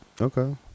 Okay